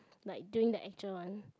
like during the actual one